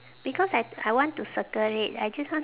because I I want to circle it I just want